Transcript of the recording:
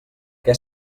què